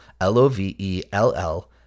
L-O-V-E-L-L